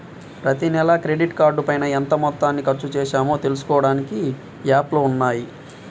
ప్రతినెలా క్రెడిట్ కార్డుపైన ఎంత మొత్తాన్ని ఖర్చుచేశామో తెలుసుకోడానికి యాప్లు ఉన్నయ్యి